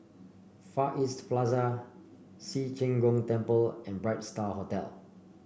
Far East Plaza Ci Zheng Gong Temple and Bright Star Hotel